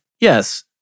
yes